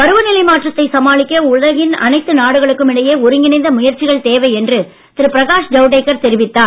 பருவநிலை மாற்றத்தை சமாளிக்க உலகின் அனைத்து நாடுகளுக்கும் இடையே ஒருங்கிணைந்த முயற்சிகள் தேவை என்று திரு பிரகாஷ் ஜவடேகர் தெரிவித்தார்